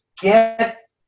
get